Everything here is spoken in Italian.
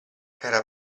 era